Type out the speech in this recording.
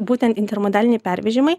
būtent intermodaliniai pervežimai